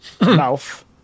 mouth